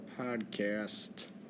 podcast